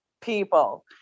people